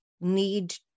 need